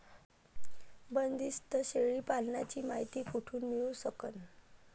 बंदीस्त शेळी पालनाची मायती कुठून मिळू सकन?